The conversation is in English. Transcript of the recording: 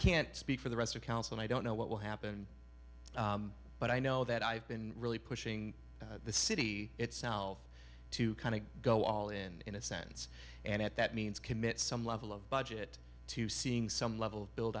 can't speak for the rest of council and i don't know what will happen but i know that i've been really pushing the city itself to kind of go all in in a sense and at that means commit some level of budget to seeing some level of build